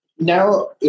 now